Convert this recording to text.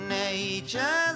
nature